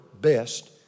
best